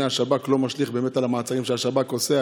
השב"כ לא משליך על המעצרים שהשב"כ עושה,